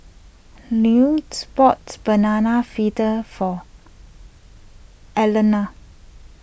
boats Banana Fritters for Alaina